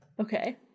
okay